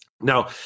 Now